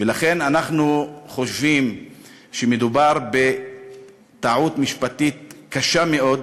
ולכן אנחנו חושבים שמדובר בטעות משפטית קשה מאוד,